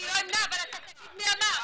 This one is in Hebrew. אני לא אמנע אבל אתה תגיד מי אמר.